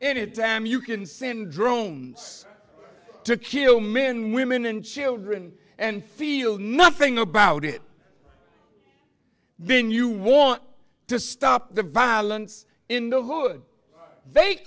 any time you can send drones to kill men women and children and feel nothing about it then you want to stop the violence in the hood they